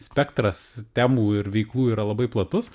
spektras temų ir veiklų yra labai platus